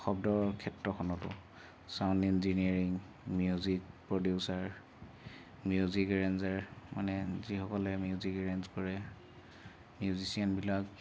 শব্দৰ ক্ষেত্ৰখনতো sound engineering music producer music arranger মানে যিসকলে মিউজিক এৰেঞ্জ কৰে মিউজিচিয়ানবিলাক